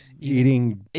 eating